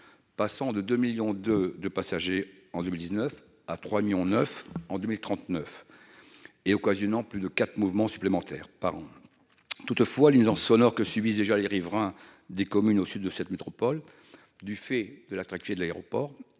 passera de 2,2 millions de passagers en 2019 à 3,9 millions en 2039, occasionnant ainsi plus de 4 000 mouvements supplémentaires par an. Toutefois, les nuisances sonores que subissent déjà les riverains des communes du sud de la métropole du fait de l'activité de l'aéroport